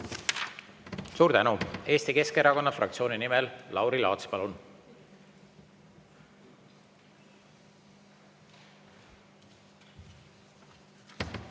Suur tänu! Eesti Keskerakonna fraktsiooni nimel Lauri Laats, palun!